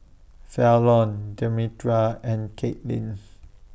Fallon Demetra and Katlin